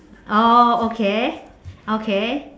oh okay okay